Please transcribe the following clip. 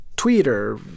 Twitter